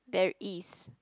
there is